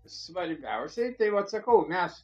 svarbiausiai tai vat sakau mes